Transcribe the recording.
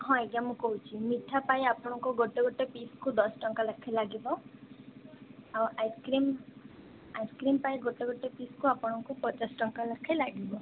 ହଁ ଆଜ୍ଞା ମୁଁ କହୁଛି ମିଠା ପାଇଁ ଆପଣଙ୍କୁ ଗୋଟେ ଗୋଟେ ପିସ୍କୁ ଦଶ ଟଙ୍କା ଲାଖେ ଲାଗିବ ଆଉ ଆଇସକ୍ରିମ୍ ଆଇସକ୍ରିମ୍ ପାଇଁ ଗୋଟେ ଗୋଟେ ପିସ୍କୁ ଆପଣଙ୍କୁ ପଚାଶ ଟଙ୍କା ଲାଖେ ଲାଗିବ